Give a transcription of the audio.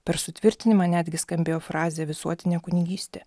per sutvirtinimą netgi skambėjo frazė visuotinė kunigystė